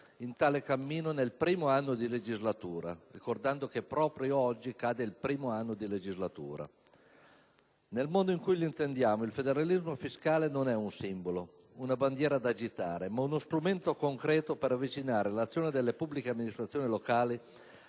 in tale cammino nel primo anno di legislatura (ricordo che proprio oggi cade il primo anno di legislatura). Nel modo in cui l'intendiamo, il federalismo fiscale non è un simbolo, una bandiera da agitare, ma uno strumento concreto per avvicinare l'azione delle pubbliche amministrazioni locali